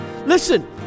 Listen